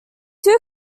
two